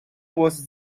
was